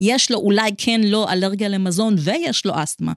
יש לו אולי כן לא אלרגיה למזון ויש לו אסתמה.